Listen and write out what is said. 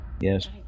yes